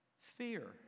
Fear